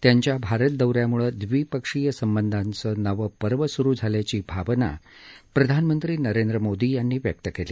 त्यांच्या भारत दौ यामुळे द्विपक्षीय संबंधाचं नवं पर्व स्रु झाल्याची भावना प्रधानमंत्री नरेंद्र मोदी यांनी व्यक्त केली